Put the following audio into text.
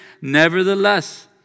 Nevertheless